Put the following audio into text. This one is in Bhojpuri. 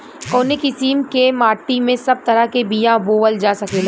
कवने किसीम के माटी में सब तरह के बिया बोवल जा सकेला?